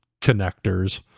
connectors